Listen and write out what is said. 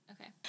Okay